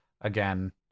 again